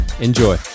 Enjoy